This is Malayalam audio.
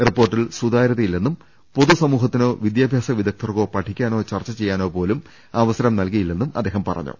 റിപ്പോർട്ടിൽ സുതാര്യത ഇല്ലെന്നും പൊതു സമൂഹത്തിനോ വിദ്യാഭ്യാസ വിദഗ്ധർക്കോ പഠിക്കാനോ ചർച്ച ചെയ്യാനോ പോലും അവസരം നൽകിയിട്ടില്ലെന്നും അദ്ദേഹം പറ ഞ്ഞു